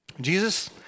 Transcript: Jesus